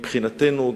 מבחינתנו.